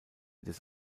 des